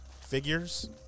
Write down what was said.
figures